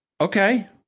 Okay